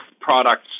products